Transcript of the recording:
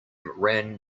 ran